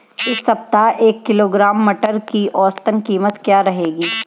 इस सप्ताह एक किलोग्राम मटर की औसतन कीमत क्या रहेगी?